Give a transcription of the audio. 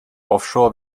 offshore